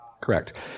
correct